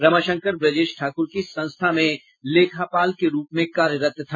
रमाशंकर ब्रजेश ठाकुर की संस्था में लेखापाल के रूप में कार्यरत था